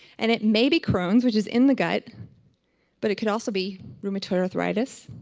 and, it maybe crohn's, which is in the gut but it could also be rheumatoid arthritis,